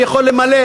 אני יכול למלא,